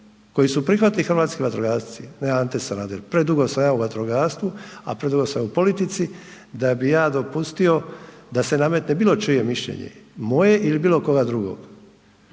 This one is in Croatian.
koji su prihvatili hrvatski vatrogasci, ne Ante Sanader, predugo sam ja u vatrogastvu a i predugo sam u politici da bih ja dopustio da se nametne bilo čije mišljenje, moje ili bilo koga drugoga.